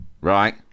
right